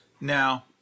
now